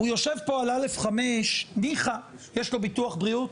הוא יושב פה על א'5 ניחא, יש לו ביטוח בריאות,